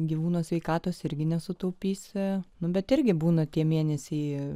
gyvūno sveikatos irgi nesutaupysi nu bet irgi būna tie mėnesiai ir